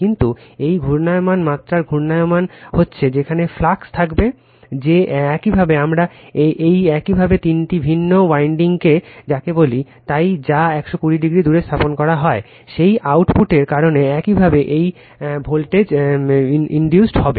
কিন্তু এটি ঘূর্ণায়মান মাত্রার ঘূর্ণায়মান হচ্ছে সেখানে ফ্লাক্স থাকবে রেফার টাইম 0219 যে একইভাবে আমরা এই একইভাবে তিনটি ভিন্ন উইন্ডিং এ যাকে বলি তাই যা 120o দূরে স্থাপন করা হয় সেই আউটপুটের কারণে একইভাবে এই ভোল্টেজ ইনডিউসড হবে